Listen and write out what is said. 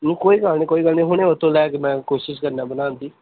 ਚਲੋ ਕੋਈ ਗੱਲ ਨਹੀਂ ਕੋਈ ਗੱਲ ਨਹੀਂ ਹੁਣ ਉਹ ਤੋਂ ਲੈ ਕੇ ਮੈਂ ਕੋਸ਼ਿਸ਼ ਕਰਦਾ ਬਣਾਉਣ ਦੀ